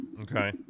Okay